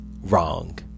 wrong